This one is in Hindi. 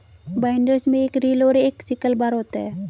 बाइंडर्स में एक रील और एक सिकल बार होता है